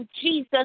Jesus